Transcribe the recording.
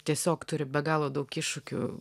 tiesiog turi be galo daug iššūkių